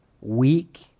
weak